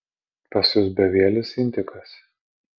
pas jus bevielis intikas